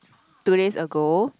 two days ago